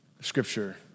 Scripture